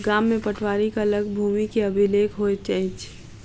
गाम में पटवारीक लग भूमि के अभिलेख होइत अछि